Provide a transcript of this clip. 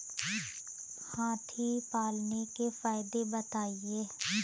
हाथी पालने के फायदे बताए?